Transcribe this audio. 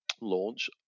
launch